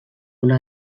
una